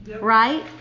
right